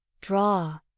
Draw